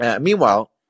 Meanwhile